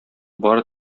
бары